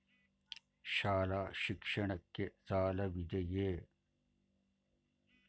ಶಾಲಾ ಶಿಕ್ಷಣಕ್ಕೆ ಸಾಲವಿದೆಯೇ?